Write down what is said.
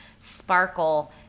sparkle